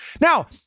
Now